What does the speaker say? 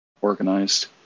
organized